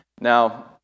Now